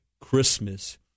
Christmas